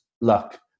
luck